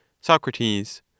Socrates